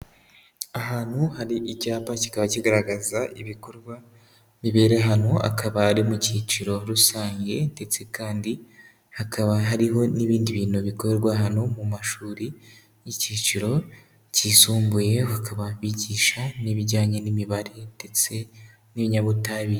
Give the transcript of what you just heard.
Ahantu hari icyapa kikaba kigaragaza ibikorwa bibera hano akaba ari mu cyiciro rusange, ndetse kandi hakaba hariho n'ibindi bintu bikorwa hano mu mashuri icyiciro kisumbuye, bakaba bigisha n'ibijyanye n'imibare ndetse n'ibinyabutabire.